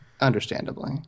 Understandably